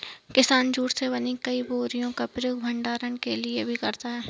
किसान जूट से बनी हुई बोरियों का प्रयोग भंडारण के लिए भी करता है